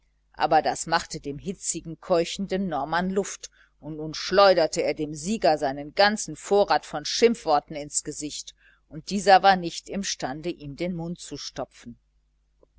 aber das machte dem hitzigen keuchenden norman luft und nun schleuderte er dem sieger seinen ganzen vorrat von schimpfworten ins gesicht und dieser war nicht imstande ihm den mund zu stopfen